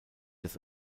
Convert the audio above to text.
das